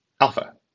alpha